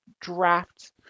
draft